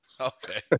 Okay